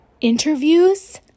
interviews